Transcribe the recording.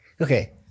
Okay